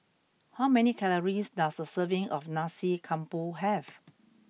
how many calories does a serving of Nasi Campur have